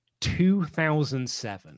2007